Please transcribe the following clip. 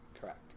Correct